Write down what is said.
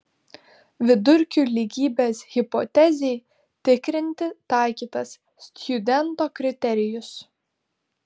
vidurkių lygybės hipotezei tikrinti taikytas stjudento kriterijus